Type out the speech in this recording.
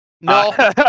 No